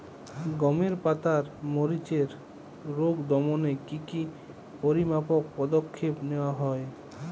গমের পাতার মরিচের রোগ দমনে কি কি পরিমাপক পদক্ষেপ নেওয়া হয়?